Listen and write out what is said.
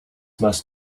must